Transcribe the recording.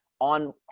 on